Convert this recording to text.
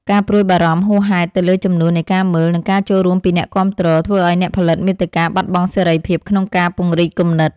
ការព្រួយបារម្ភហួសហេតុទៅលើចំនួននៃការមើល និងការចូលរួមពីអ្នកគាំទ្រ ធ្វើឱ្យអ្នកផលិតមាតិកាបាត់បង់សេរីភាពក្នុងការពង្រីកគំនិត។